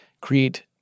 create